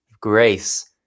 grace